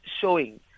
showing